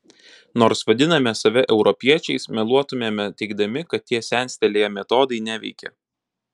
nors vadiname save europiečiais meluotumėme teigdami kad tie senstelėję metodai neveikia